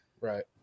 right